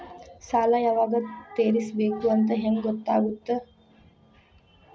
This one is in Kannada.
ಸಾಲ ಯಾವಾಗ ತೇರಿಸಬೇಕು ಅಂತ ಹೆಂಗ್ ಗೊತ್ತಾಗುತ್ತಾ?